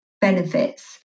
benefits